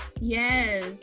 Yes